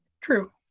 true